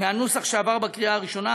מהנוסח שעבר בקריאה הראשונה,